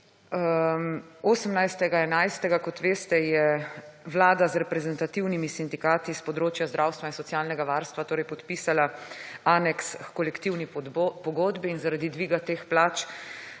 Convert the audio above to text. kot veste je vlada z reprezentativnimi sindikati s področja zdravstva in socialnega varstva, torej podpisala aneks h kolektivni pogodbi in zaradi dviga teh plač